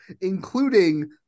including